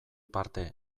parte